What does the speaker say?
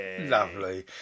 lovely